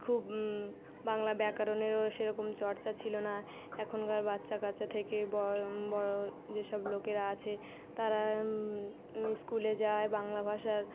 খুব বাংলা ব্যাকরণেরও সেরকম চর্চা ছিলো না এখনকার বাচ্চা কাচ্চা থেকে বড়ো বড়ো যেসব লোকেরা আছে তারা স্কুলে যায় বাংলা ভাষার